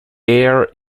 air